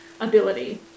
ability